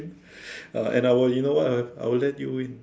uh and I will you know what I will let you win